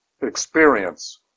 experience